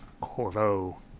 Corvo